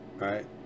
right